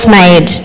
made